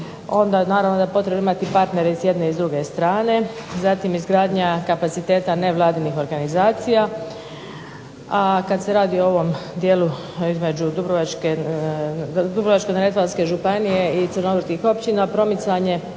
Onda naravno da je potrebno imati partnere i s jedne i s druge strane. Zatim izgradnja kapaciteta nevladinih organizacija, a kad se radi o ovom dijelu između Dubrovačko-neretvanske županije i crnogorskih općina, promicanje